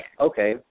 Okay